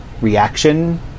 reaction